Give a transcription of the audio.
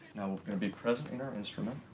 gonna be present in our instrument.